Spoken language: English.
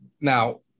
now